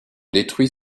détruit